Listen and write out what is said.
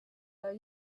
are